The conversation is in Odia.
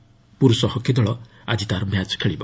ପୁରୁଷ ହକି ଦଳ ଆଜି ତା'ର ମ୍ୟାଚ୍ ଖେଳିବ